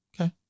Okay